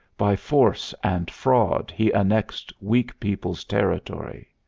by force and fraud he annexed weak peoples' territory.